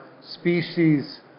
species